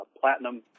platinum